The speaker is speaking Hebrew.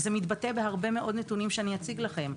זה מתבטא בהרבה מאוד נתונים שאציג לכם.